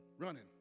Running